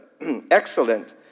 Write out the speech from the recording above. excellent